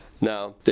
Now